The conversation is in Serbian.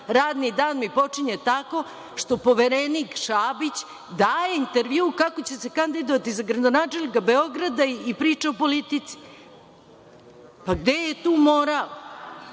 Radni dan mi počinje tako što Poverenik Šabić daje intervju kako će se kandidovati za gradonačelnika Beograda i priča o politici. Gde je tu moral? Šabić,